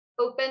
open